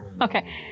Okay